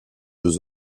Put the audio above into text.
deux